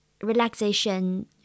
relaxation